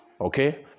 okay